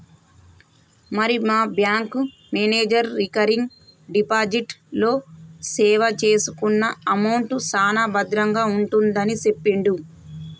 మరి మా bank manager recurring deposit లో సేవ్ చేసుకున్న అమౌంట్ సాన భద్రంగా ఉంటుందని సెప్పిండు